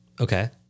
Okay